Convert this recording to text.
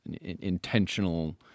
intentional